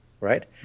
right